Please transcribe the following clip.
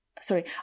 sorry